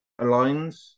aligns